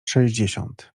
sześćdziesiąt